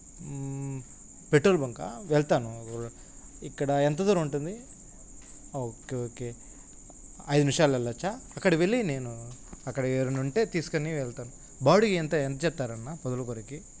petrol బంకా వెళ్తాను ఇక్కడ ఎంతదూరం ఉంటుంది ఓకే ఓకే ఐదు నిమిషాల వెళ్ళవచ్చా అక్కడ వెళ్ళి నేను అక్కడ ఎవరన్నా ఉంటే తీసుకొని వెళ్తాను బాడుగ ఎంత ఎంత చెప్తారన్నా పొదులకూరికి